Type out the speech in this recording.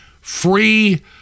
free